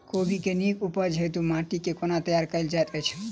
कोबी केँ नीक उपज हेतु माटि केँ कोना तैयार कएल जाइत अछि?